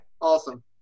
Awesome